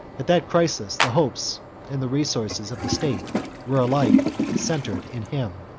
at that crisis the hopes and the resources of the state were alike centred in him.